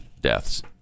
deaths